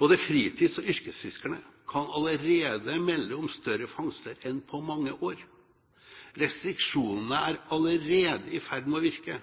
Både fritids- og yrkesfiskerne kan allerede melde om større fangster enn på mange år. Restriksjonene er allerede i ferd med å virke.